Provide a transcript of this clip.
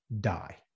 die